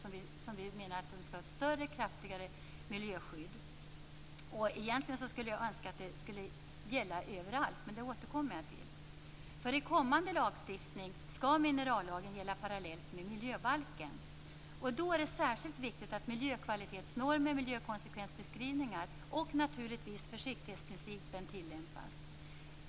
Vi menar att de skall ha ett större och kraftigare miljöskydd. Egentligen skulle jag önska att det gällde överallt. Men det återkommer jag till. I kommande lagstiftning skall minerallagen gälla parallellt med miljöbalken. Då är det särskilt viktigt att miljökvalitetsnormer, miljökonsekvensbeskrivningar och naturligtvis försiktighetsprincipen tillämpas.